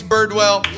Birdwell